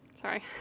sorry